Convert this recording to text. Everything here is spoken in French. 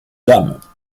dames